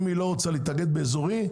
אם היא לא רוצה להתאגד באזורי,